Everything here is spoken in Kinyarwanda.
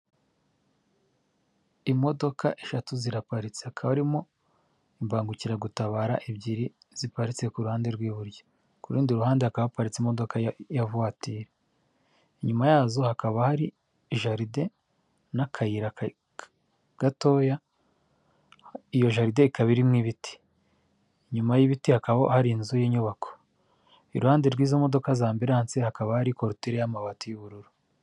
Imodoka eshatu ziraparitse hakaba harimo imbangukiragutabara ebyiri ziparitse ku ruhande rw'iburyo, ku rundi ruhande hakaba haparitse imodoka ya vatiri inyuma yazo hakaba hari jaride n'akayira gatoya iyo jaride ikaba irimo ibiti, inyuma y'ibiti hakaba hari inzu y'inyubako iruhande rw'izo modoka za ambulanse hakaba hari korutire y'amabati y'ubururu.